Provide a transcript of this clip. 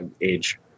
age